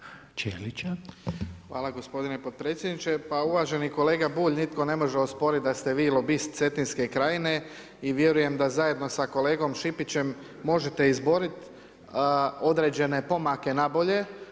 Hvala gospodine potpredsjedniče, pa uvaženi kolega Bulj nitko ne može osporit da ste Vi lobist Cetinske krajine i vjerujem da zajedno sa kolegom Šipićem možete izborit određene pomake na bolje.